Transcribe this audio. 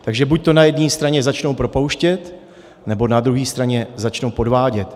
Takže buď na jedné straně začnou propouštět, nebo na druhé straně začnou podvádět.